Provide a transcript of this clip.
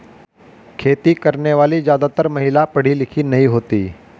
खेती करने वाली ज्यादातर महिला पढ़ी लिखी नहीं होती